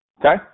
Okay